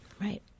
Right